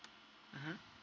mmhmm